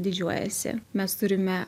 didžiuojasi mes turime